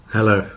Hello